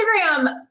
Instagram